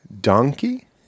Donkey